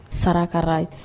sarakarai